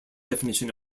definition